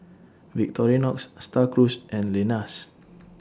Victorinox STAR Cruise and Lenas